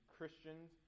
Christians